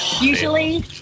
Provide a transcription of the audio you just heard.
Usually